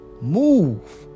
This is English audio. Move